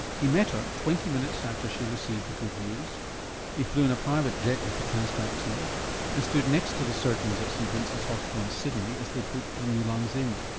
he met her twenty minutes after she received the good news he flew in a private jet with the transplant team and stood next to the surgeons at st vincent's hospital in sydney as they put the new lungs in.